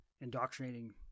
indoctrinating